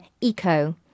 eco